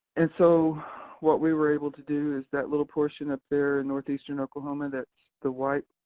and so what we were able to do is that little portion up there in northeastern oklahoma, that's the white,